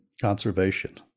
conservation